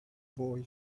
boy